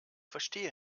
verstehe